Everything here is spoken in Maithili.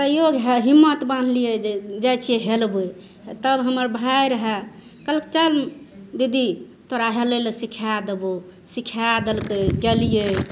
तैयो हिम्मत बांधलियै जे जाइ छियै हेलबै तब हमर भाइ रहै कहलक चल दीदी तोरा हेलैलए सीखाए देबौ सीखाए देलकै गेलियै